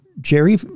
Jerry